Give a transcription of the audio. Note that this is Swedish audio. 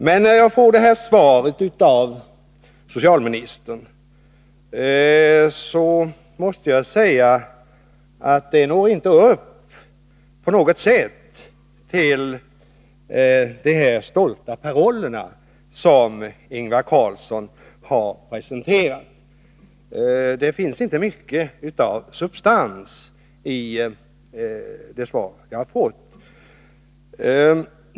Men när jag får det här svaret av socialministern måste jag säga att det inte på något sätt når upp till de stolta paroller som Ingvar Carlsson har presenterat. Det finns inte mycket av substans i det svar jag har fått.